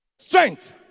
Strength